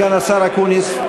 סגן השר אקוניס.